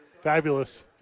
fabulous